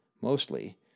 Mostly